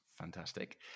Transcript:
Fantastic